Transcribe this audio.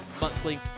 monthly